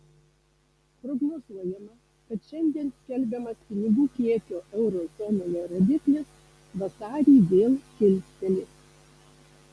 prognozuojama kad šiandien skelbiamas pinigų kiekio euro zonoje rodiklis vasarį vėl kilstelės